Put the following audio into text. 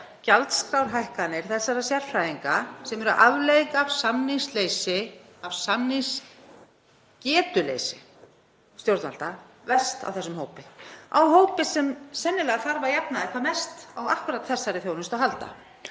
gjaldskrárhækkanir þessara sérfræðinga, sem eru afleiðing af samningsleysi, af samningsgetuleysi stjórnvalda verst á þessum hópi, á hópi sem sennilega þarf að jafnaði hvað mest á þessari þjónustu að halda.